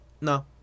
no